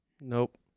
Nope